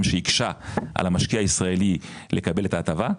שהיקשה על המשקיע הישראלי לקבל את ההטבה,